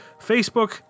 Facebook